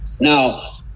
now